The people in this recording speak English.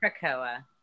krakoa